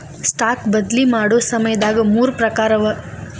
stock ಬದ್ಲಿ ಮಾಡೊ ಸಮಯದಾಗ ಮೂರ್ ಪ್ರಕಾರವ